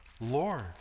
Lord